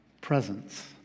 presence